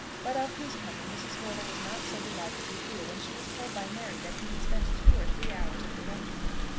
but of whose coming mrs. wortle was not so delighted to hear when she was told by mary that he had spent two or three hours at the rectory.